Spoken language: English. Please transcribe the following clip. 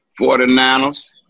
49ers